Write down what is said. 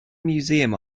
museum